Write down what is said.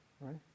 right